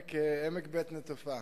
עמק בית-נטופה,